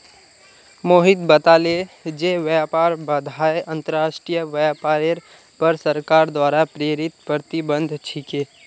मोहित बताले जे व्यापार बाधाएं अंतर्राष्ट्रीय व्यापारेर पर सरकार द्वारा प्रेरित प्रतिबंध छिके